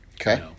Okay